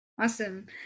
Awesome